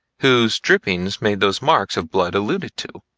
whose drippings made those marks of blood alluded to.